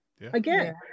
Again